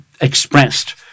expressed